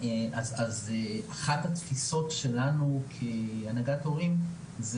אחת התפיסות שלנו כהנהגת הורים זה